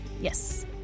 Yes